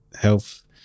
health